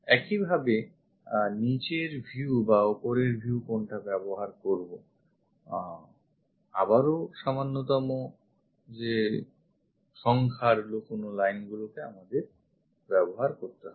একইভাবে নিচের view বা ওপরের view কোনটা ব্যবহার করবো আবারও সামান্যতম সংখ্যার লুকোনো line গুলিকে আমাদের ব্যবহার করতে হবে